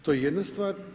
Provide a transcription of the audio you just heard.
To je jedna stvar.